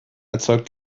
erzeugt